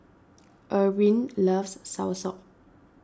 Irwin loves Soursop